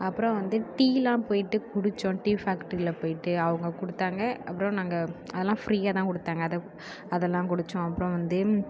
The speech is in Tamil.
அப்றம் வந்து டீயெல்லாம் போய்ட்டு குடித்தோம் டீ ஃபேக்ட்ரியில் போய்ட்டு அவங்க கொடுத்தாங்க அப்றம் நாங்கள் அதெல்லாம் ஃப்ரீயாக தான் கொடுத்தாங்க அது அதெல்லாம் குடித்தோம் அப்றம் வந்து